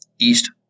east